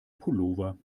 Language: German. pullover